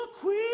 queen